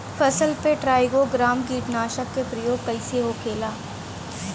फसल पे trichogramma कीटनाशक के प्रयोग कइसे होखेला?